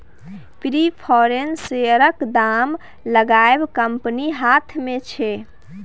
preference शेयरक दाम लगाएब कंपनीक हाथ मे छै